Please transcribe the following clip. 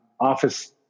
office